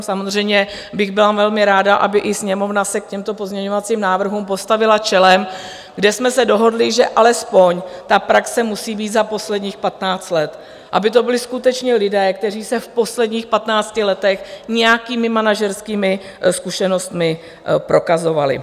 Samozřejmě bych byla velmi ráda, aby i Sněmovna se k těmto pozměňovacím návrhům postavila čelem, kde jsme se dohodli, že alespoň ta praxe musí být za posledních patnáct let, aby to byli skutečně lidé, kteří se v posledních patnácti letech nějakými manažerskými zkušenostmi prokazovali.